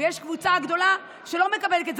ויש קבוצה גדולה שלא מקבלת את זה